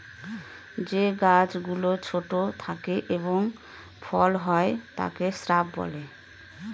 যে গাছ গুলো ছোট থাকে এবং ফল হয় তাকে শ্রাব বলে